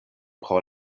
pro